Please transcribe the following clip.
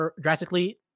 drastically